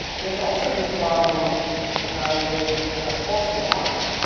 there's also this problem with false alarms,